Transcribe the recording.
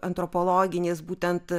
antropologinis būtent